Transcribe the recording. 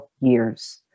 years